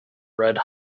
red